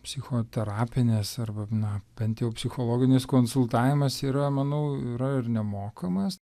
psichoterapinės arba na bent jau psichologinis konsultavimas yra manau yra ir nemokamas